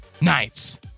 nights